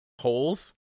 Holes